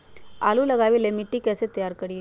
आलु लगावे ला मिट्टी कैसे तैयार करी?